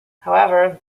however